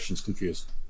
confused